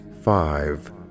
five